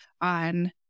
on